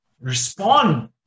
respond